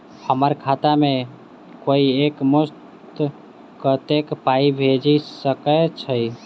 हम्मर खाता मे कोइ एक मुस्त कत्तेक पाई भेजि सकय छई?